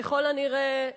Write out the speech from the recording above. ככל הנראה,